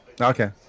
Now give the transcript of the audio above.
Okay